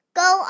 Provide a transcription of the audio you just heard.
go